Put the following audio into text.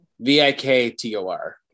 V-I-K-T-O-R